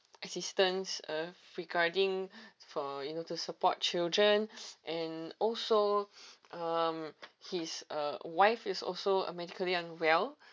assistance uh regarding for you know to support children and also um his uh wife is also uh medically unwell